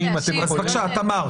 בבקשה.